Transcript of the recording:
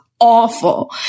awful